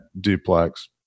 duplex